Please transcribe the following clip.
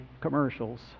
commercials